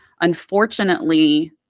Unfortunately